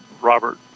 Robert